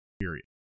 period